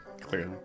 Clearly